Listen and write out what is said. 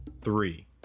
three